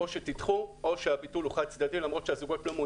או שתדחו או שהביטול הוא חד-צדדי,